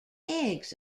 eggs